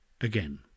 again